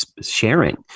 sharing